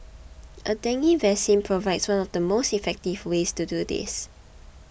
a dengue vaccine provides one of the most effective ways to do this